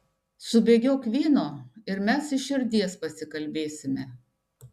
subėgiok vyno ir mes iš širdies pasikalbėsime